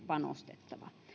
panostettava